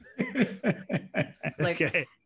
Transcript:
Okay